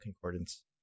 concordance